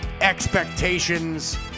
expectations